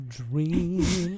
dream